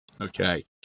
Okay